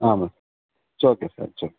ஆமாம் it's okay sir it's okay